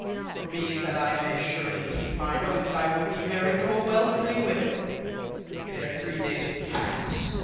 for me, that i may surely keep mine oath, i will be married to a wealtlly widow ere three days pass,